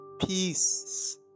peace